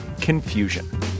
confusion